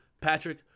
Patrick